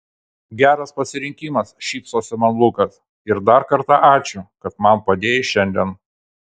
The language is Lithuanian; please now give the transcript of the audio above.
geras pasirinkimas šypsosi man lukas ir dar kartą ačiū kad man padėjai šiandien